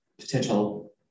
potential